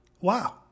wow